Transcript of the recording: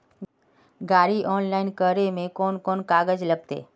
गाड़ी ऑनलाइन करे में कौन कौन कागज लगते?